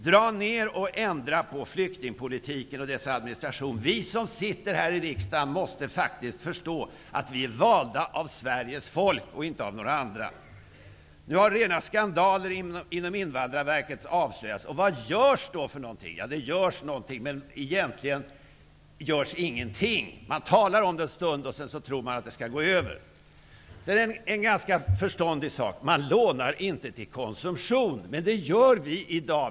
Dra ned och ändra på flyktingpolitiken och dess administration! Vi som sitter här i riksdagen måste faktiskt förstå att vi är valda av Sveriges folk och inte av någon annan. Nu har rena skandaler avslöjats inom Invandrarverket. Vad görs i praktiken? Ja, egentligen görs ingenting. Man talar om problemet en stund, och sedan tror man att det skall gå över. Man skall inte låna till konsumtion. Men det gör vi i dag.